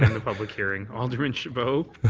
and in the public hearing. alderman chabot.